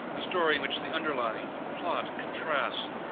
a story which the underlying plot contrasts.